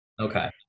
okay